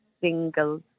single